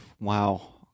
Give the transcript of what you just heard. wow